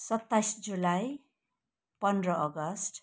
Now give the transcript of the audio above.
सत्ताइस जुलाई पन्ध्र अगस्ट